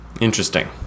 Interesting